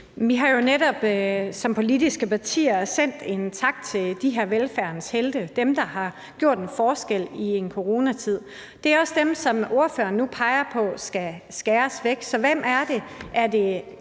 Vi har jo netop som politiske partier sendt en tak til de her velfærdens helte – dem, der har gjort en forskel i en coronatid. Det er også dem, som ordføreren nu peger på skal skæres væk. Så hvem er det?